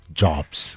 jobs